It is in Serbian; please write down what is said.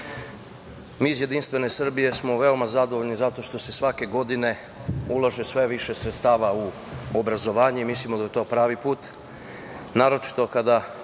mi iz Jedinstvene Srbije smo veoma zadovoljni zato što se svake godine ulaže sve više sredstava u obrazovanje i mislimo da je to pravi put, naročito kada